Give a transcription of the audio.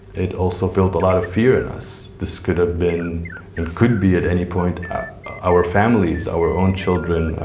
it also built a lot of fear in us. this could have been and could be at any point our families, our own children,